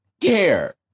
care